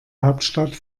hauptstadt